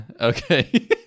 okay